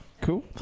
Cool